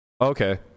okay